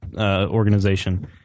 organization